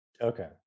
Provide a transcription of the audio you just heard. Okay